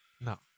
No